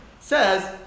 says